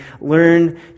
learn